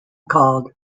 called